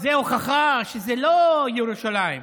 וזה הוכחה שזה לא ירושלים.